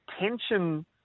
tension